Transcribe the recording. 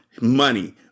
Money